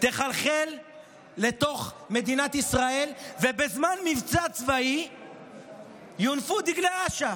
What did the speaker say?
תחלחל לתוך מדינת ישראל ובזמן מבצע צבאי יונפו דגלי אש"ף.